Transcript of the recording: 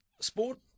sport